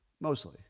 mostly